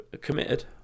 Committed